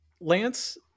Lance